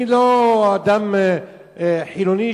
אני לא אדם חילוני,